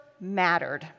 mattered